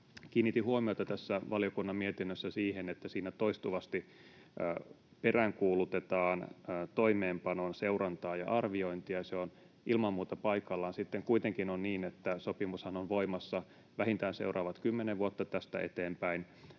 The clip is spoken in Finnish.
Kiinnitin huomiota tässä valiokunnan mietinnössä siihen, että siinä toistuvasti peräänkuulutetaan toimeenpanon seurantaa ja arviointia. Se on ilman muuta paikallaan. Sitten kuitenkin on niin, että sopimushan on voimassa vähintään seuraavat kymmenen vuotta tästä eteenpäin.